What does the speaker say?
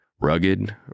Rugged